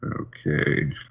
Okay